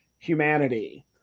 Humanity